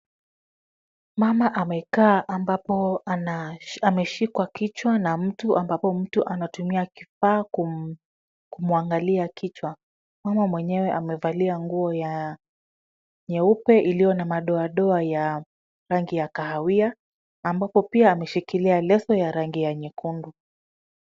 Mama amekaa ambapo ameshikwa kichwa na mtu ambapo, mtu anatumia kifaa kumwangalia kichwa. Mama mwenyewwe amevalia nguo ya nyeupe iliyo na madoadoa ya rangi ya kahawia ambapo pia ameshikilia leso ya rangi ya nyekundu.